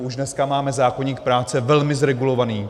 Už dneska máme zákoník práce velmi zregulovaný.